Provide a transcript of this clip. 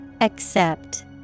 Accept